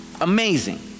Amazing